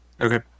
Okay